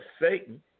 Satan